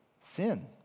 sin